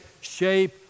shape